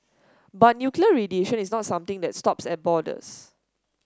but nuclear radiation is not something that stops at borders